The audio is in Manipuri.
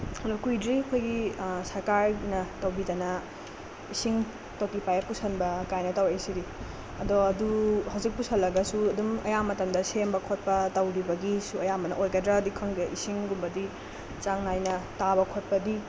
ꯑꯗꯨꯅ ꯀꯨꯏꯗ꯭ꯔꯤ ꯑꯩꯈꯣꯏꯒꯤ ꯁꯔꯀꯥꯔꯅ ꯇꯧꯕꯤꯗꯅ ꯏꯁꯤꯡ ꯇꯣꯇꯤ ꯄꯥꯌꯦꯞ ꯄꯨꯁꯤꯟꯕ ꯀꯥꯏꯅ ꯇꯧꯔꯛꯏꯁꯤꯗꯤ ꯑꯗꯣ ꯑꯗꯨ ꯍꯧꯖꯤꯛ ꯄꯨꯁꯤꯜꯂꯒꯁꯨ ꯑꯗꯨꯝ ꯑꯌꯥꯝꯕ ꯃꯇꯝꯗ ꯁꯦꯝꯕ ꯈꯣꯠꯄ ꯇꯧꯔꯤꯕꯒꯤꯁꯨ ꯑꯌꯥꯝꯕꯅ ꯑꯣꯏꯒꯗ꯭ꯔꯗꯤ ꯈꯪꯗꯦ ꯏꯁꯤꯡꯒꯨꯝꯕꯗꯤ ꯆꯥꯡ ꯅꯥꯏꯅ ꯇꯥꯕ ꯈꯣꯠꯄꯗꯤ